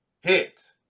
hit